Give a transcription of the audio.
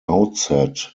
outset